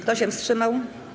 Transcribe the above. Kto się wstrzymał?